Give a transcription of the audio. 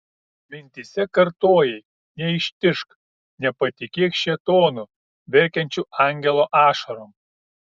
mintyse kartojai neištižk nepatikėk šėtonu verkiančiu angelo ašarom